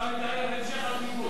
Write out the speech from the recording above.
אתה מתאר המשך הכיבוש.